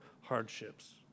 hardships